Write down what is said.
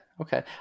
Okay